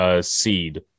seed